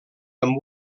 amb